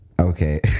okay